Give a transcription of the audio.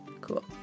Cool